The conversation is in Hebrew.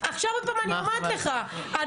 אני אומרת לך שוב,